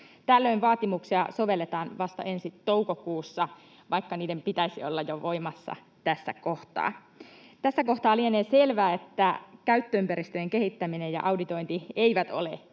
Tällöin vaatimuksia sovelletaan vasta ensi toukokuussa, vaikka niiden pitäisi olla jo voimassa tässä kohtaa. Tässä kohtaa lienee selvää, että käyttöympäristöjen kehittäminen ja auditointi eivät ole